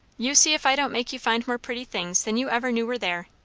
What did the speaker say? you see if i don't make you find more pretty things than you ever knew were there.